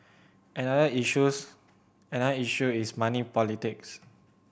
another issues another issue is money politics